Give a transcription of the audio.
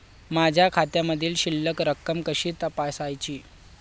माझ्या खात्यामधील शिल्लक रक्कम कशी तपासायची?